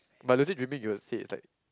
but lucid dreaming you would say is like